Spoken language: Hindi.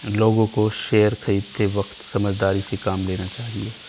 लोगों को शेयर खरीदते वक्त समझदारी से काम लेना चाहिए